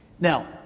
Now